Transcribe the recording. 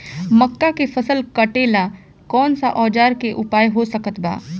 मक्का के फसल कटेला कौन सा औजार के उपयोग हो सकत बा?